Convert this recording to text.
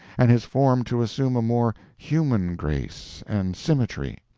and his form to assume a more human grace and symmetry.